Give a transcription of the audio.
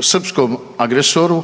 srpskom agresoru,